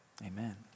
amen